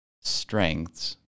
strengths